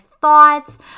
thoughts